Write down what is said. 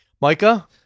Micah